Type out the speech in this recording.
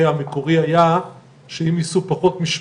שאנחנו נפגש עוד הרבה מאוד בהמשך על כל הנושאים שיהיו פה על סדר-היום.